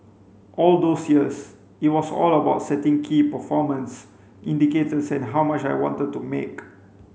all those years it was all about setting key performance indicators and how much I wanted to make